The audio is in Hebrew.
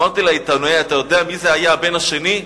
אמרתי לעיתונאי: אתה יודע מי זה היה הבן השני?